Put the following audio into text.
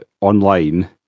online